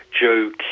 Joe